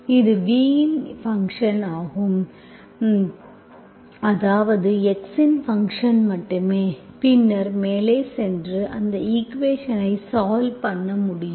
இது v இன் function ஆகும் அதாவது x இன் ஃபங்க்ஷன் மட்டுமே பின்னர் மேலே சென்று அந்த ஈக்குவேஷன்ஸ்ஐ சால்வ் பண்ணும் முடியும்